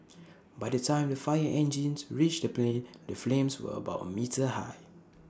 by the time the fire engines reached the plane the flames were about A metre high